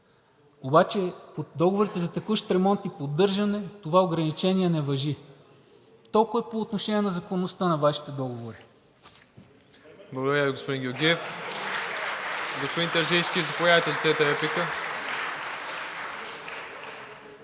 обаче от договорите за текущ ремонт и поддържане това ограничение не важи. Толкова по отношение на законността на Вашите договори.